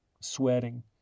sweating